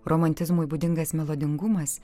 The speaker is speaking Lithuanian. romantizmui būdingas melodingumas